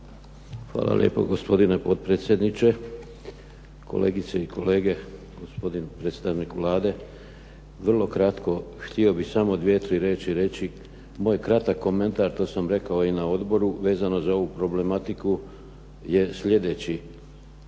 Hvala lijepo gospodine potpredsjedniče, kolegice i kolege, gospodine predstavniče Vlade. Vrlo kratko, htio bih samo dvije, tri riječi reći, moj kratak komentar, to sam rekao i na odboru vezano uz ovu problematiku je sljedeći.